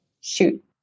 shoot